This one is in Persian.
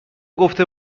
گفته